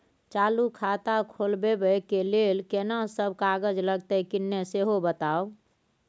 चालू खाता खोलवैबे के लेल केना सब कागज लगतै किन्ने सेहो बताऊ?